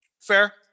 Fair